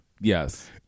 Yes